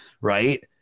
right